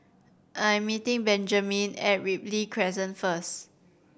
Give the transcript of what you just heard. I'm meeting Benjamine at Ripley Crescent first